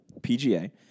PGA